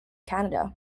canada